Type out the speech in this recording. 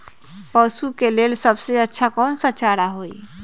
पशु के लेल सबसे अच्छा कौन सा चारा होई?